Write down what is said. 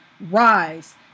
Rise